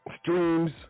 streams